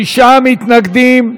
שישה מתנגדים,